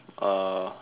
uh